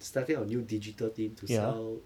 starting up a new digital thing to sell